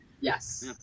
Yes